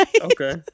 okay